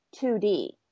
2D